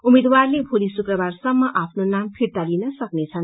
उम्मेदवारले भोलि सुक्ककारसम्म आफ्नो नाम फिर्ता लिन सक्नेछन्